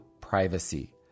privacy